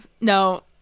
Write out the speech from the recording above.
No